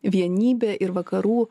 vienybė ir vakarų